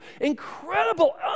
incredible